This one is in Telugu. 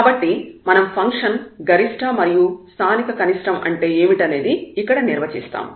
కాబట్టి మనం స్థానిక గరిష్ట మరియు స్థానిక కనిష్టం అంటే ఏమిటనేది ఇక్కడ నిర్వచిస్తాము